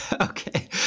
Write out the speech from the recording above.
Okay